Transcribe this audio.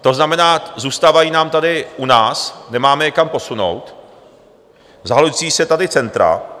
To znamená, zůstávají nám tady u nás, nemáme je kam posunout, zahlcují se tady centra.